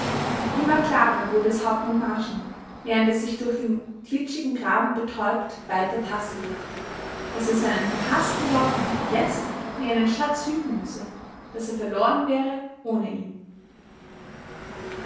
immer klarer wurde es hauptmann marschner während er sich durch den glitschigen graben betäubt weiter tastete daß er seinen verhaßten leutnant jetzt wie einen schatz hüten müsse daß er verloren wäre ohne ihn